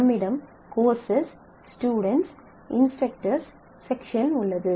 நம்மிடம் courses students instructors section உள்ளது